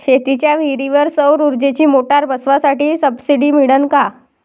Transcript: शेतीच्या विहीरीवर सौर ऊर्जेची मोटार बसवासाठी सबसीडी मिळन का?